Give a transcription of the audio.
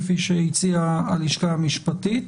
כפי שהציעה הלשכה המשפטית,